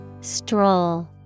Stroll